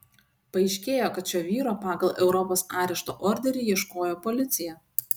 paaiškėjo kad šio vyro pagal europos arešto orderį ieškojo policija